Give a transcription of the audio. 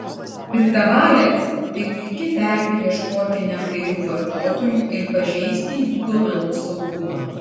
piktavaliams tai puiki terpė ieškoti neapdairių vartotojų ir pažeisti jų duomenų saugumą